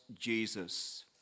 Jesus